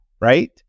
right